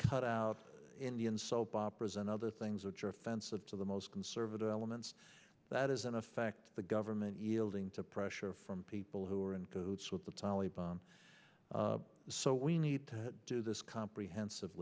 cut out indian soap operas and other things which are offensive to the most conservative elements that is in effect the government yielding to pressure from people who are in cahoots with the taliban so we need to do this comprehensi